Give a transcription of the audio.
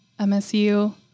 MSU